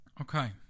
Okay